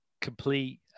complete